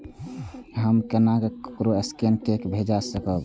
हम केना ककरो स्केने कैके पैसा भेजब?